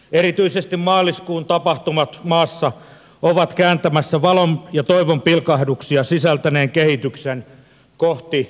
erityisesti maaliskuun tapahtumat maassa ovat kääntämässä valon ja toivonpilkahduksia sisältäneen kehityksen kohti pilkkopimeää